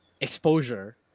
exposure